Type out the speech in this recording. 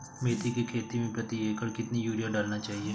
मेथी के खेती में प्रति एकड़ कितनी यूरिया डालना चाहिए?